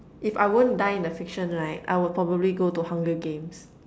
if I won't die in the fiction right I would probably go to hunger games